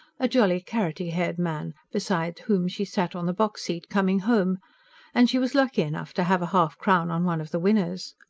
a jolly, carroty-haired man, beside whom she sat on the box-seat coming home and she was lucky enough to have half-a-crown on one of the winners.